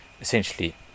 essentially